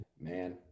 Man